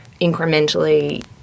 incrementally –